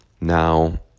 Now